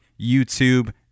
YouTube